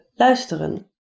luisteren